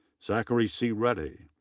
zachary c. ready.